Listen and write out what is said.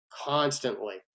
constantly